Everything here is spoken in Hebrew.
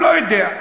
לא יודע.